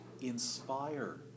inspire